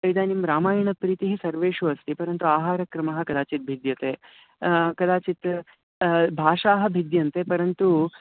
इदानीं रामायणप्रीतिः सर्वेषु अस्ति परन्तु आहारक्रमः कदाचित् भिद्यते कदाचित् भाषाः भिद्यन्ते परन्तु